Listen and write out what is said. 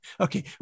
Okay